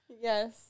Yes